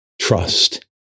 trust